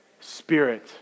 Spirit